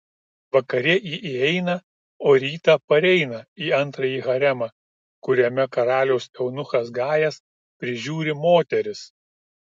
vakare ji įeina o rytą pareina į antrąjį haremą kuriame karaliaus eunuchas gajas prižiūri moteris